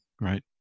right